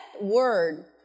word